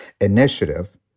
initiative